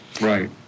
Right